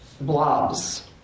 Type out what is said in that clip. blobs